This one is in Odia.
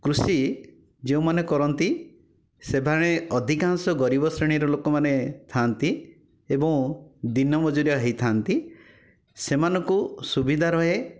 କୃଷି ଯେଉଁମାନେ କରନ୍ତି ସେମାନେ ଅଧିକାଂଶ ଗରିବ ଶ୍ରେଣୀର ଲୋକମାନେ ଥାଆନ୍ତି ଏବଂ ଦିନମଜୁରିଆ ହୋଇଥାଆନ୍ତି ସେମାନଙ୍କୁ ସୁବିଧା ରୁହେ